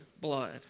blood